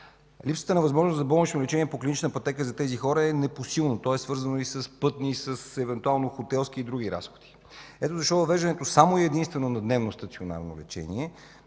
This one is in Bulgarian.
Липсата на възможност за болнично лечение по клинична пътека за тези хора е непосилно. То е свързано с пътни, хотелски и други разходи. Ето защо въвеждането единствено и само на дневно стационарно лечение